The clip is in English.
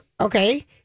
okay